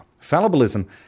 Fallibilism